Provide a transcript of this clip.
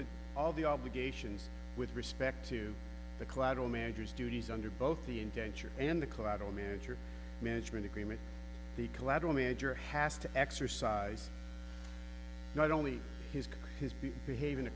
the all the obligations with respect to the collateral managers duties under both the indenture and the collateral manager management agreement the collateral manager has to exercise not only his his people behave in a